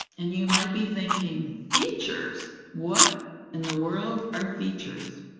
and you might be thinking, features, what in the world are features?